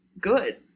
good